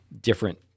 different –